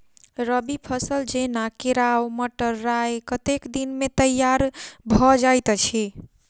रबी फसल जेना केराव, मटर, राय कतेक दिन मे तैयार भँ जाइत अछि?